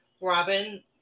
Robin